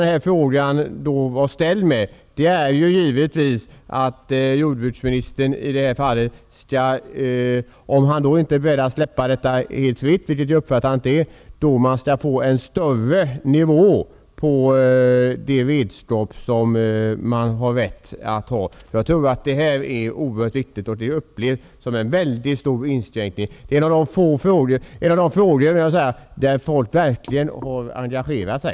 Den här frågan är ställd med den förhoppningen att jordbruksministern, om han inte är beredd att släppa detta helt fritt, skall kunna höja nivån för de redskap som man har rätt att ha. Detta är oerhört viktigt. Förslaget upplevs som en mycket stor inskränkning. Det är en av de frågor där folk verkligen har engagerat sig.